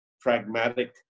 pragmatic